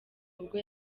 ubwo